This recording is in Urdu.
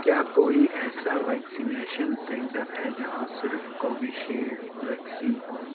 کیا کوئی ایسا ویکسینیشن سنٹر ہے جہاں صرف کوو شیلڈ ویکسین ہو